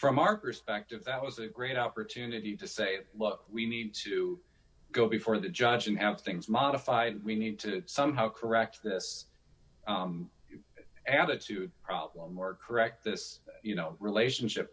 from our perspective that was a great opportunity to say look we need to go before the judge and have things modify and we need to somehow correct this attitude problem or correct this you know relationship